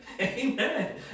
Amen